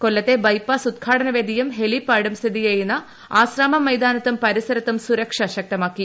കൊല്ലത്തെ ബൈപ്പാസ് ഉദ്ഘാടനവേദിയും ഹെലിപ്പാഡും സ്ഥിതിചെയ്യുന്ന ആശ്രാമം മൈതാനത്തും പരിസരത്തും സുരക്ഷ ശക്തമാക്കി